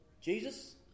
Jesus